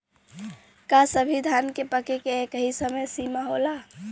का सभी धान के पके के एकही समय सीमा होला?